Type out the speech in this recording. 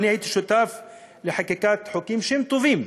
והייתי שותף לחקיקת החוקים שהם טובים,